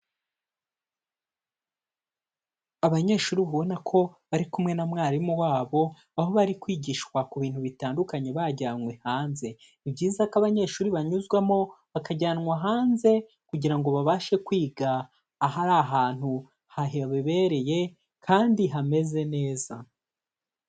Abanyeshuri ubona ko bari kumwe na mwarimu wabo aho bari kwigishwa ku bintu bitandukanye bajyanywe hanze, ni byiza ko abanyeshuri banyuzwamo bakajyanwa hanze kugira ngo babashe kwiga ahari ahantu hababereye kandi hameze neza.